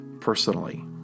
Personally